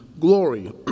glory